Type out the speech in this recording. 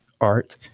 Art